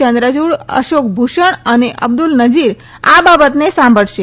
ચંદ્રયુડ અશોક ભુષણ અને અબ્દુલ નજીર આ બાબતને સાંભળશે